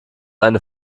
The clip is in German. eine